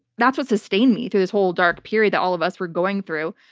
that's what sustained me through this whole dark period that all of us were going through.